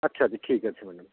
আচ্ছা আচ্ছা ঠিক আছে ম্যাডাম